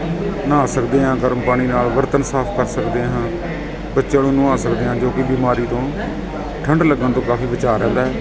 ਨਹਾ ਸਕਦੇ ਹਾਂ ਗਰਮ ਪਾਣੀ ਨਾਲ ਬਰਤਨ ਸਾਫ ਕਰ ਸਕਦੇ ਹਾਂ ਬੱਚਿਆਂ ਨੂੰ ਨੁਆ ਸਕਦੇ ਹਾਂ ਜੋ ਕਿ ਬਿਮਾਰੀ ਤੋਂ ਠੰਡ ਲੱਗਣ ਤੋਂ ਕਾਫੀ ਬਚਾਅ ਰਹਿੰਦਾ